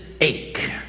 ache